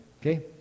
okay